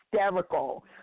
hysterical